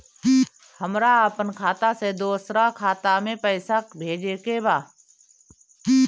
हमरा आपन खाता से दोसरा खाता में पइसा भेजे के बा